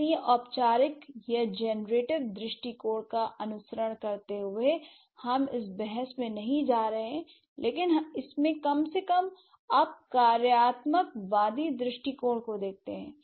इसलिए औपचारिक या जनरेटिव दृष्टिकोण का अनुसरण करते हुए हम इस बहस में नहीं जा रहे हैं लेकिन इसमें कम से कम आप कार्यात्मकवादी दृष्टिकोण को देखते हैं